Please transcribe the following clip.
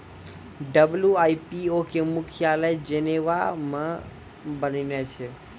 WIPO के मुख्यालय Geneva मे बनैने छै